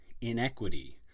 inequity